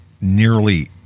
nearly